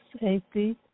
safety